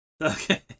Okay